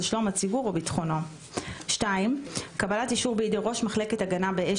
שלום הציבור או ביטחונו; קבלת אישור בידי ראש מחלקת הגנה מאש